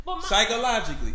Psychologically